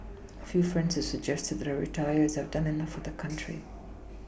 a few friends have suggested that I retire as I have done enough for the country